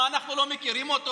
מה, אנחנו לא מכירים אותו?